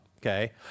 Okay